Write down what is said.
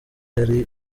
yari